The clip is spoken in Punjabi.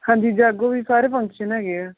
ਹਾਂਜੀ ਜਾਗੋ ਵੀ ਸਾਰੇ ਫੰਕਸ਼ਨ ਹੈਗੇ ਆ